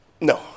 No